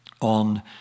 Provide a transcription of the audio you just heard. on